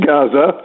Gaza